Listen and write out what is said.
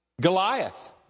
Goliath